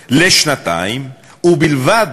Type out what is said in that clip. לשנתיים, ובלבד